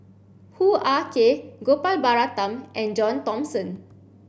Hoo Ah Kay Gopal Baratham and John Thomson